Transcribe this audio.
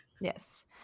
Yes